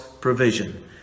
provision